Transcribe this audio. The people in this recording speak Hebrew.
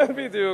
בדיוק.